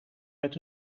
met